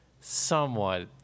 somewhat